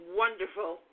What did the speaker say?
wonderful